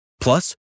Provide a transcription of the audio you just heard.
Plus